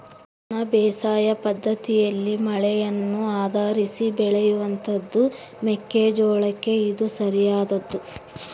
ಒಣ ಬೇಸಾಯ ಪದ್ದತಿಯಲ್ಲಿ ಮಳೆಯನ್ನು ಆಧರಿಸಿ ಬೆಳೆಯುವಂತಹದ್ದು ಮೆಕ್ಕೆ ಜೋಳಕ್ಕೆ ಇದು ಸರಿಯಾದದ್ದು